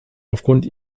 aufgrund